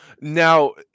now